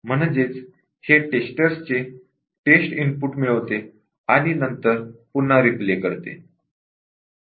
म्हणजेच हे टेस्टर्सचे टेस्ट इनपुट मिळविते आणि नंतर पुन्हा रिप्ले करते